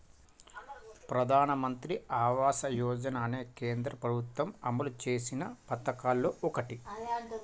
ప్రధానమంత్రి ఆవాస యోజన అనేది కేంద్ర ప్రభుత్వం అమలు చేసిన పదకాల్లో ఓటి